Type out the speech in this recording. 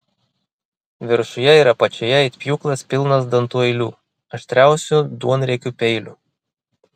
viršuje ir apačioje it pjūklas pilnos dantų eilių aštriausių duonriekių peilių